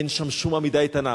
אין שם שום עמידה איתנה.